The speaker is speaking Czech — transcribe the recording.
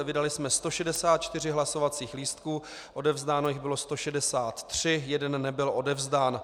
Vydali jsme 164 hlasovacích lístků, odevzdáno jich bylo 163, jeden nebyl odevzdán.